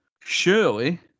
surely